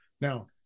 Now